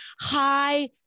high